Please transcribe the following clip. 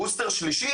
בוסטר שלישי?